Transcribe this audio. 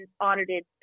audited